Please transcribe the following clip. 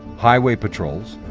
highway patrols,